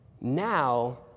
now